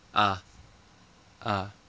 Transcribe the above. ah ah